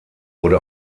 wurde